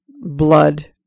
blood